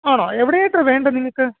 ആണോ എവിടെയായിട്ടാണ് വേണ്ടത് നിങ്ങൾക്ക്